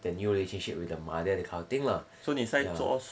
the new relationship with her mother that kind of thing lah ya